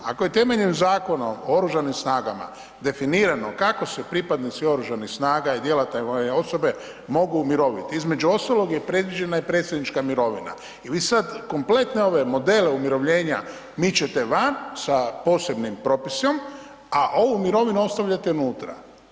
Ako je temeljem Zakona o oružanim snagama definirano kako se pripadnici oružanih snaga i djelatne vojne osobe mogu umiroviti, između ostalog je predviđena i predsjednička mirovina i vi sad kompletno ove modele umirovljenja mičete van sa posebnim propisom, a ovu mirovinu ostavljate unutra.